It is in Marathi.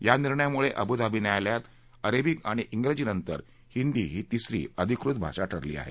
या निर्णयामुळे अबुधावी न्यायालयात अरेबिक आणि श्रेजी नंतर हिंदी ही तिसरी अधिकृत भाषा ठरली आहे